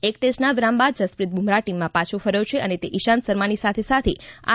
એક ટેસ્ટના વિરામ બાદ જસપ્રિત બુમરાહ્ ટીમમાં પાછો ફર્યો છે અને તે ઇશાંત શર્માની સાથે સાથે આર